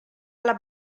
alla